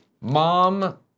mom